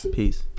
peace